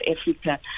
Africa